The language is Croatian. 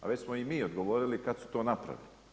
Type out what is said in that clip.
A već smo i mi odgovorili kada su to napravili.